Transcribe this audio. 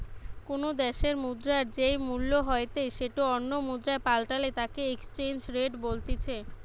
কোনো দ্যাশের মুদ্রার যেই মূল্য হইতে সেটো অন্য মুদ্রায় পাল্টালে তাকে এক্সচেঞ্জ রেট বলতিছে